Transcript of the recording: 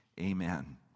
amen